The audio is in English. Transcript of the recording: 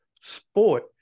sport